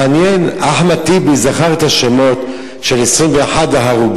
מעניין, אחמד טיבי זכר את השמות של 21 ההרוגים,